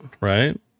right